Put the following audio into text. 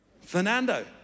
Fernando